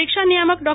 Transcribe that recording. પરીક્ષા નિયામક ડો